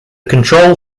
control